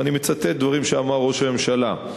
ואני מצטט דברים שאמר ראש הממשלה: